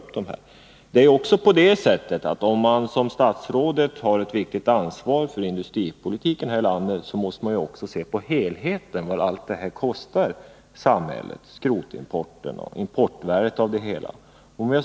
Om SSAB:s verk Det är också på det sättet att om man som statsrådet har ett viktigt ansvar för industripolitiken här i landet, så måste man ju också se på helheten, på vad skrotimporten och allt detta kostar samhället.